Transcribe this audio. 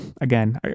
again